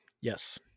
Yes